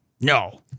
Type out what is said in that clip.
No